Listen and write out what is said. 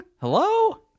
Hello